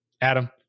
Adam